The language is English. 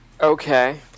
Okay